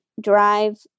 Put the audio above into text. drive